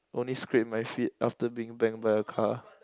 only scrape my feet after being bang by a car